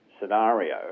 scenario